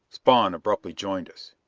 spawn abruptly joined us!